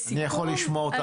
לסיכום.